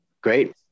Great